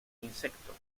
insectos